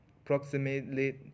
approximately